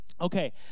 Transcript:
Okay